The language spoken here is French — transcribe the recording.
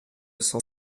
cent